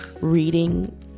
reading